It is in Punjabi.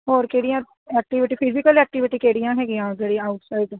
ਹੋਰ ਕਿਹੜੀਆਂ ਐਕਟਿਵਿਟੀਜ ਫਿਜੀਕਲ ਐਕਟਿਵਿਟੀਜ ਕਿਹੜੀਆਂ ਹੈਗੀਆਂ ਜਿਹੜੀਆਂ ਆਊਟਸਾਈਡ